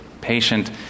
patient